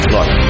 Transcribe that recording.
Look